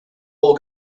all